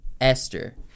Esther